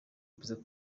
perezida